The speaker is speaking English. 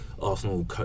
Arsenal